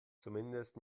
zumindest